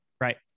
right